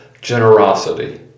generosity